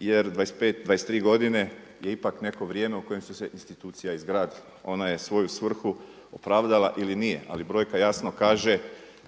jer 23 godine je ipak neko vrijeme u kojem su se institucije izgradile. Ona je svoju svrhu opravdala ili nije ali brojka jasno kaže